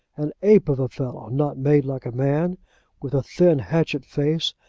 an ape of a fellow not made like a man with a thin hatchet face,